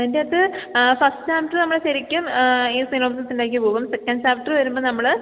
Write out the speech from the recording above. അതിൻറ്റകത്ത് first chapter നമ്മൾ ശരിക്കും ഈ സിനോപ്സിസിലേക്ക് പോവും സെക്കന്ഡ് ചാപ്റ്ററ് വരുമ്പം നമ്മൾ